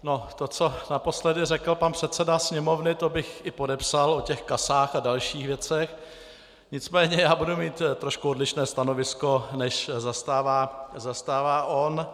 No to, co naposledy řekl pan předseda Sněmovny, to bych i podepsal, o těch casách a dalších věcech, nicméně já budu mít trošku odlišné stanovisko, než zastává on.